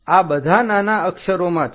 આ બધા નાના અક્ષરોમાં છે